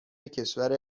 کشور